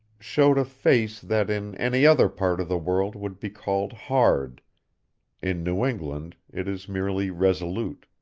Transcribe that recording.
showed a face that in any other part of the world would be called hard in new england it is merely resolute.